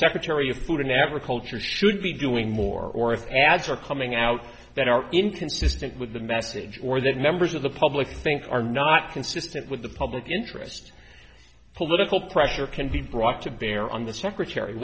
secretary of food and agriculture should be doing more or if ads are coming out that are inconsistent with the message or that members of the public think are not consistent with the public interest political pressure can be brought to bear on the secretary